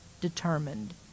determined